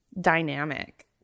dynamic